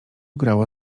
grało